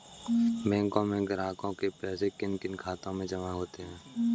बैंकों में ग्राहकों के पैसे किन किन खातों में जमा होते हैं?